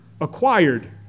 acquired